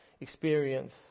experience